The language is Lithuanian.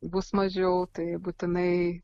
bus mažiau tai būtinai